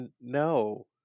No